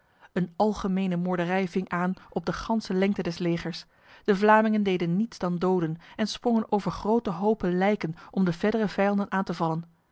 een algemene moorderij ving aan op de ganse lengte des legers de vlamingen deden niets dan doden en sprongen over grote hopen lijken om de verdere vijanden aan te vallen